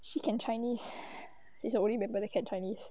she can chinese she is the only member that can chinese